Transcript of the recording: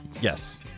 Yes